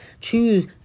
Choose